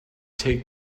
take